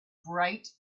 bright